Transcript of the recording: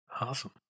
Awesome